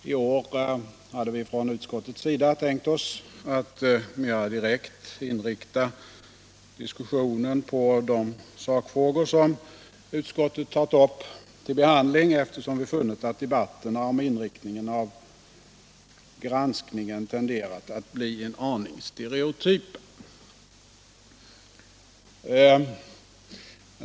I år hade vi från utskottet tänkt oss att mera direkt inrikta diskussionen på de sakfrågor som utskottet tagit upp till behandling, eftersom vi funnit att debatterna om inriktningen av granskningen tenderat att bli en aning stereotypa.